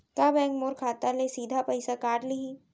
का बैंक मोर खाता ले सीधा पइसा काट लिही?